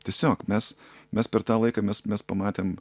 tiesiog mes mes per tą laiką mes mes pamatėm